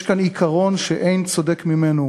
יש כאן עיקרון שאין צודק ממנו: